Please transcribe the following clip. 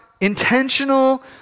intentional